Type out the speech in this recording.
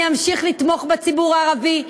אני אמשיך לתמוך בציבור הערבי,